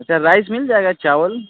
अच्छा राइस मिल जाएगा चावल